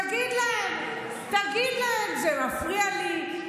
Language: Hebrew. תגיד להם: זה מפריע לי,